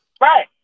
Right